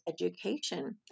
education